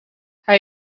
hij